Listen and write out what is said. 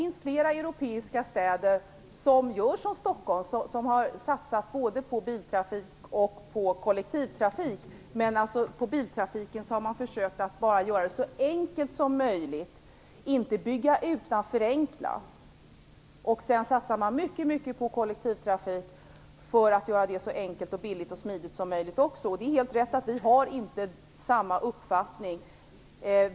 I flera europeiska städer gör man som i Stockholm - man satsar på både biltrafik och kollektivtrafik. När det gäller biltrafiken har man dock försökt att göra det så enkelt som möjligt. Man bygger inte ut utan förenklar. Dessutom satsar man mycket, mycket på kollektivtrafik för att göra den så enkel, billig och smidig som möjligt. Det är helt riktigt att vi inte har samma uppfattning.